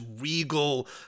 regal